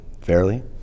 fairly